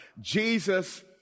Jesus